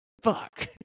fuck